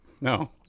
No